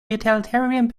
utilitarian